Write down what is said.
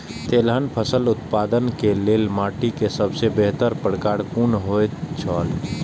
तेलहन फसल उत्पादन के लेल माटी के सबसे बेहतर प्रकार कुन होएत छल?